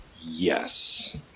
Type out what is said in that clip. Yes